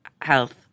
health